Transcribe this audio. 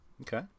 Okay